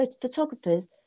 photographers